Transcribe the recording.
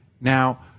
Now